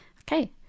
okay